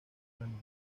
unánime